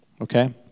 Okay